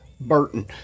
Burton